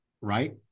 right